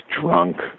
drunk